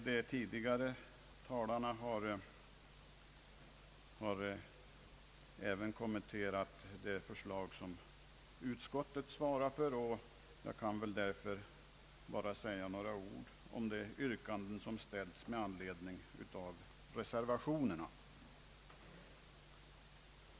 De föregående talarna har även kommenterat det förslag som utskottet svarar för, och jag kan därför nöja mig med att säga några ord om de yrkanden som ställts med anledning av reservationerna.